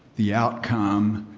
the outcome,